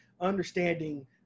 understanding